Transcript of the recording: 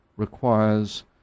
requires